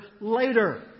later